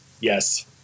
yes